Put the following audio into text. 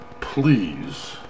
please